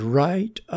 right